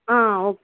ஆ okay